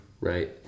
right